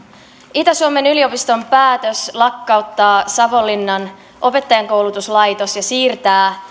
itä suomen yliopiston päätös lakkauttaa savonlinnan opettajankoulutuslaitos ja siirtää